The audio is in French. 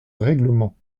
règlement